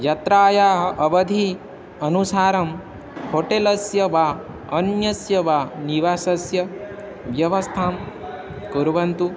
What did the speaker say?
यात्रायाः अवधेः अनुसारं होटेलस्य वा अन्यस्य वा निवासस्य व्यवस्थां कुर्वन्तु